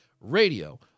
Radio